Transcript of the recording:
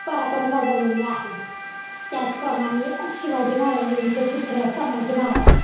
पराक्रम गाजवलेले आहेत त्याचप्रमाणे शिवाजी महाराजांचे पुत्र संभाजी महाराज